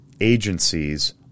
agencies